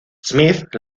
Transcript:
smith